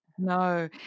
No